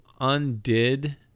undid